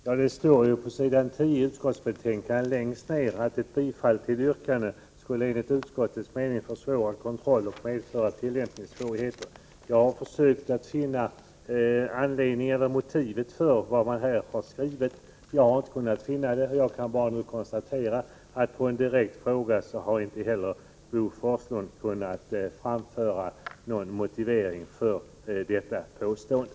Herr talman! Det står längst ner på s. 10i utskottsbetänkandet att ett bifall till yrkandet enligt utskottets mening skulle försvåra kontrollen och medföra tillämpningssvårigheter. Jag har försökt att finna motivet för vad man här har skrivit. Jag har inte kunnat finna det, och jag kan nu bara konstatera att på en direkt fråga har inte heller Bo Forslund kunnat framföra någon motivering för detta påstående.